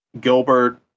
Gilbert